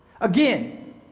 Again